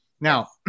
Now